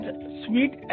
sweet